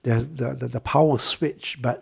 there are the the the power switch back